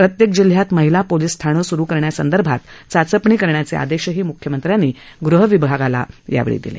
प्रत्येक जिल्ह्यात महिला पोलीस ठाणे सुरू करण्यासंदर्भात चाचपणी करण्याचे आदेशही म्ख्यमंत्र्यांनी गृहविभागाला केले